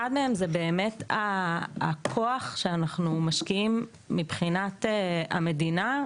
אחד מהם זה הכוח שאנחנו משקיעים מבחינת המדינה,